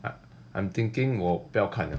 ya I'm thinking 我不要看 liao